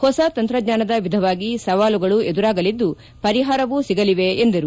ಹೊಸ ತಂತ್ರಜ್ಞಾನದ ವಿಧವಾಗಿ ಸವಾಲುಗಳು ಎದುರಾಗಲಿದ್ದು ಪರಿಹಾರವೂ ಸಿಗಲಿವೆ ಎಂದರು